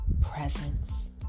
presence